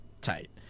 tight